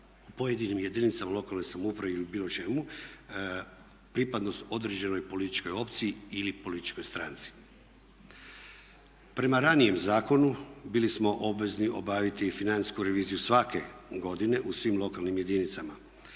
pojedinim jedinicama lokalne samouprave ili bilo čemu, pripadnost određenoj političkoj opciji ili političkoj stranci. Prema ranijem zakonu bili smo obvezni obaviti financijsku reviziju svake godine u svim lokalnim jedinicama.